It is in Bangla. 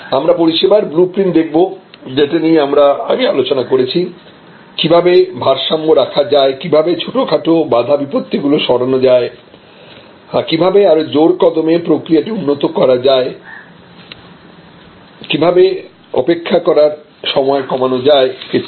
আমরা পরিষেবার ব্লু প্রিন্ট দেখব যেটা দিয়ে আমরা আগে আলোচনা করেছি কিভাবে ভারসাম্য রাখা যায় কিভাবে ছোট খাটো বাধা বিপত্তি গুলো সরানো যায় কিভাবে আরো জোর কদমে প্রক্রিয়াটি উন্নত করা যায় কিভাবে অপেক্ষা করার সময় কমানো যায় ইত্যাদি